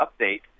update